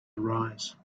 arise